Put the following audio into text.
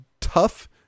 tough